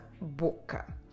boca